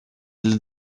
для